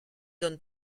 zones